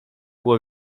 było